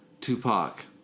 Tupac